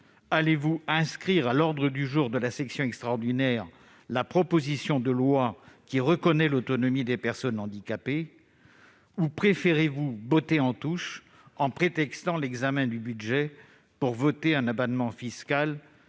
allez-vous inscrire à l'ordre du jour de la session extraordinaire la proposition de loi qui reconnaît l'autonomie des personnes handicapées ou préférez-vous botter en touche en prétextant l'examen du budget pour voter un abattement fiscal